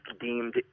deemed